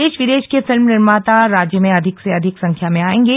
देश विदेश के फिल्म निर्माता राज्य में अधिक से अधिक संख्या में आयेंगे